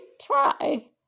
try